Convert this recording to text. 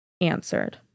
answered